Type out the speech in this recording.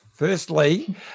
Firstly